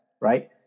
right